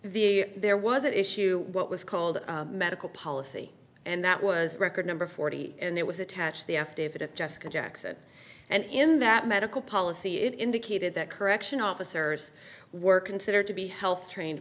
the there was an issue what was called medical policy and that was record number forty and it was attached the affidavit of jessica jackson and in that medical policy it indicated that correctional officers work instead are to be health trained